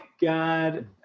god